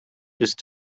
ist